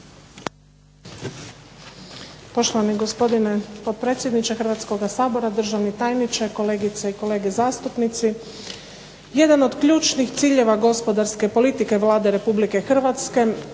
Poštovani gospodine potpredsjedniče Hrvatskoga sabora, državni tajniče, kolegice i kolege zastupnici. Jedan od ključnih ciljeva gospodarske politike Vlade Republike Hrvatske